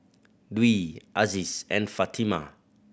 Dwi Aziz and Fatimah